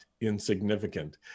insignificant